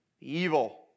evil